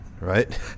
Right